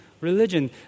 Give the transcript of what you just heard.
religion